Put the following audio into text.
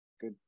good